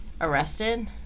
arrested